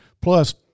Plus